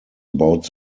about